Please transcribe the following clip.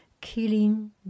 killing